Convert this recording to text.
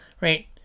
Right